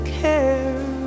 care